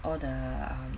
all the um